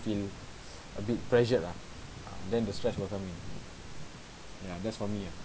feel a bit pressured ah ah than the stress will come in ya that's for me ah